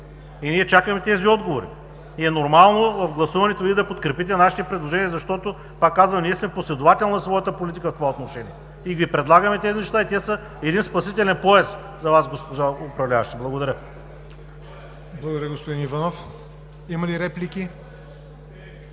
Ние чакаме тези отговори и е нормално в гласуването Вие да подкрепите нашите предложения, защото – пак казвам – ние сме последователни в своята политика в това отношение. Предлагаме Ви тези неща и те са един спасителен пояс за Вас, господа управляващи. Благодаря. ПРЕДСЕДАТЕЛ ЯВОР НОТЕВ: Благодаря, господин Иванов. Има ли реплики?